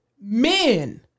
men